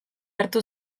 hartu